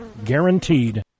Guaranteed